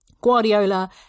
Guardiola